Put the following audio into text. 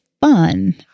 fun